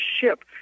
ship